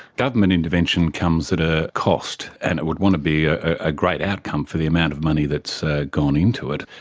government intervention comes at a cost, and it would want to be ah a great outcome for the amount of money that has so gone into it.